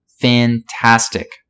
fantastic